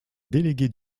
délégué